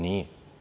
Nije.